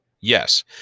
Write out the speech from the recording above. Yes